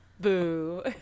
Boo